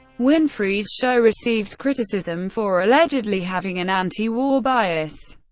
winfrey's show received criticism for allegedly having an anti-war bias.